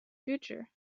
future